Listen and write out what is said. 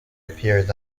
appears